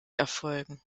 erfolgen